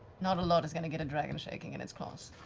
not a lot is going to get a dragon shaking in its claws.